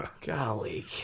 Golly